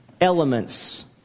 elements